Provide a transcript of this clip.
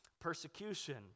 persecution